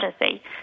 emergency